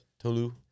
Tolu